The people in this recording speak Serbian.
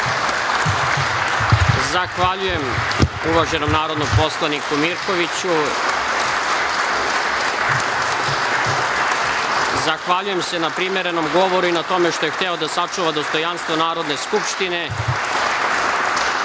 Zahvaljujem, uvaženom narodnom poslaniku Mirkoviću. Zahvaljujem se na primerenom govoru i na tome što je hteo da sačuva dostojanstvo Narodne skupštine. Ovim